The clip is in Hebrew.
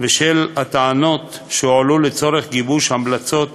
ושל הטענות שהועלו לצורך גיבוש המלצות